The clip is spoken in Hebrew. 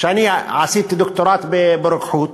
אני עשיתי דוקטורט ברוקחות,